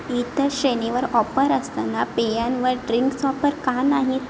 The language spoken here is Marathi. इतर श्रेणींवर ऑपर असताना पेयांवर ड्रिंक्स ऑपर का नाहीत